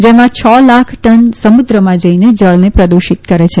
જેમાં છ લાખ ટન સમુદ્રમાં જઈને જળને પ્રદુષિત કરે છે